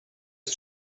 are